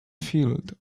field